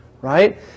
Right